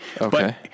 Okay